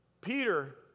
Peter